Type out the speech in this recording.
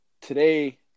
today